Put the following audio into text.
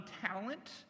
talent